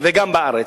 וגם בארץ.